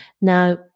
Now